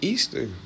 Easter